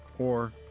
or.